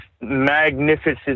magnificent